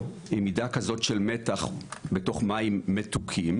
עם מידה כזאת של מתח בתוך מים מתוקים,